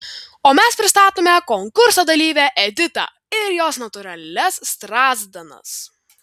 o mes pristatome konkurso dalyvę editą ir jos natūralias strazdanas